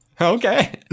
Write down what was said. Okay